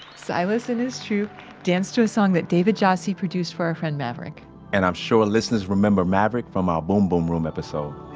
silas and his troupe danced to a song that david jassy produced for our friend maverick and i'm sure listeners remember maverick from our boom boom um episode